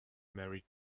married